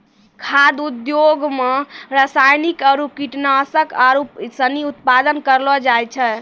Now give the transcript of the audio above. खाद्य उद्योग मे रासायनिक आरु कीटनाशक आरू सनी उत्पादन करलो जाय छै